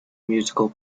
musical